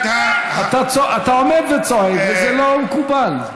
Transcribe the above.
אתה עומד וצועק, וזה לא מקובל.